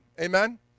Amen